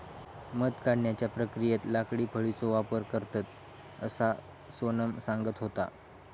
मध काढण्याच्या प्रक्रियेत लाकडी फळीचो वापर करतत, असा सोनम सांगत होता